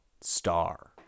star